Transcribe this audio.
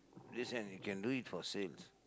this and you can do it for sales